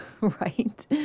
Right